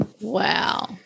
Wow